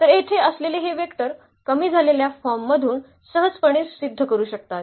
तर येथे असलेले हे वेक्टर कमी झालेल्या फॉर्म मधून सहजपणे सिद्ध करू शकतात